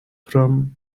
from